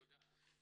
תודה.